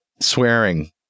swearing